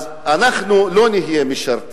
אז: אנחנו לא נהיה משרתים.